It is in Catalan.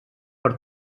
per